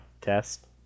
test